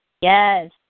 Yes